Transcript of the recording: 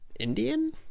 indian